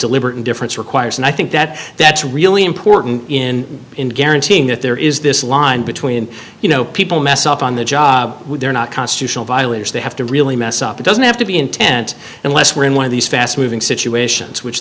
deliberate indifference requires and i think that that's really important in guaranteeing that there is this line between you know people mess up on the job they're not constitutional violators they have to really mess up it doesn't have to be intent unless we're in one of these fast moving situations which